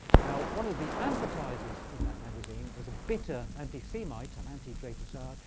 now, one of the advertisers in that magazine was a bitter anti-semite, an anti-dreyfusar.